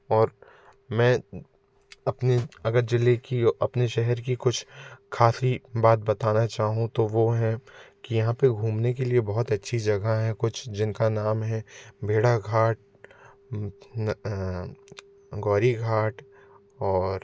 और मैं अपने अगर जिले की अपने शहर की कुछ काफ़ी बात बताना चाहूँ तो वो है कि यहाँ पे घूमने के लिए बहुत अच्छी जगह है कुछ जिनका नाम है भेड़ा घाट गौड़ी घाट और